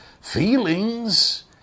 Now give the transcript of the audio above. Feelings